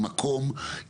עם מקום,